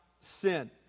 sin